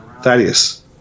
Thaddeus